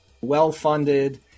well-funded